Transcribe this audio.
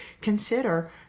consider